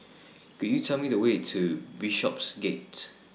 Could YOU Tell Me The Way to Bishopsgate